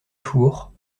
four